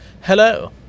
Hello